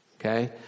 Okay